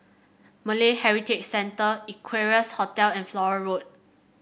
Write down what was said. Malay Heritage Centre Equarius Hotel and Flora Road